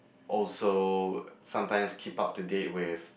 also sometimes keep up to date with